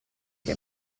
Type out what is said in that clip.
che